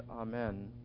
Amen